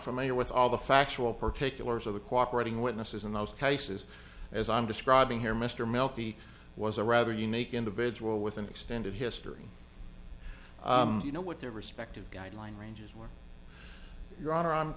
familiar with all the factual particulars of the cooperate in witnesses in those cases as i'm describing here mr melky was a rather unique individual with an extended history you know what their respective guideline ranges were your honor i'm